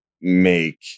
make